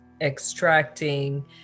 extracting